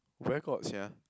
where got sia